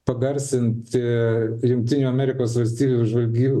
pagarsinti jungtinių amerikos valstijų žvalgy